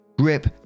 Grip